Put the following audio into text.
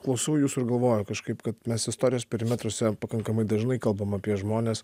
klausau jūsų ir galvoju kažkaip kad mes istorijos perimetruose pakankamai dažnai kalbam apie žmones